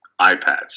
iPads